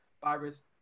virus